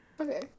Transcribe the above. Okay